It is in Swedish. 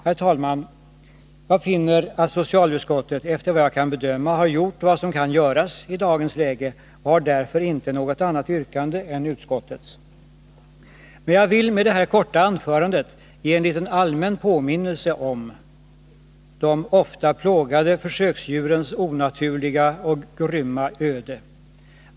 Herr talman! Jag finner att socialutskottet — efter vad jag kan bedöma — har gjort vad som kan göras i dagens läge och har därför inte något annat yrkande än utskottets. Men jag vill med mitt korta anförande ge en liten allmän påminnelse om de ofta plågade försöksdjurens onaturliga och grymma öde.